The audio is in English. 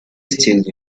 still